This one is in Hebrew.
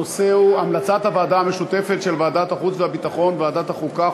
הנושא הוא המלצת הוועדה המשותפת של ועדת החוץ והביטחון וועדת החוקה,